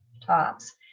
tops